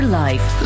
life